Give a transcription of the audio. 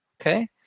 Okay